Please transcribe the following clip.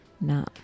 No